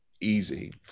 easy